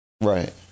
Right